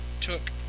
took